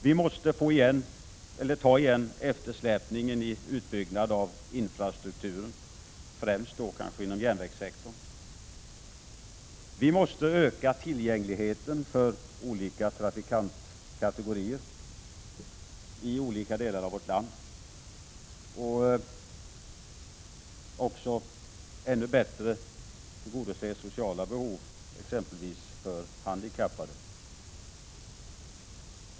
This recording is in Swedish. Vi måste ta igen eftersläpningen i utbyggnad av infrastrukturen, kanske främst inom järnvägssektorn. Vi måste öka tillgängligheten för olika trafikantkategorier i olika delar av vårt land och ännu bättre tillgodose sociala behov, exempelvis för handikappade.